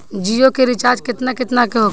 जियो के रिचार्ज केतना केतना के होखे ला?